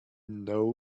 know